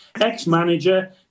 ex-manager